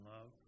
love